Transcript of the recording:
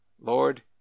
LORD